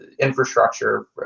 infrastructure